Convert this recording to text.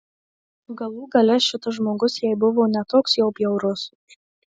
galų gale šitas žmogus jai buvo ne toks jau bjaurus